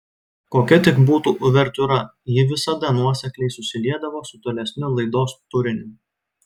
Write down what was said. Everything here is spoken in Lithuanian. kokia tik būtų uvertiūra ji visada nuosekliai susiliedavo su tolesniu laidos turiniu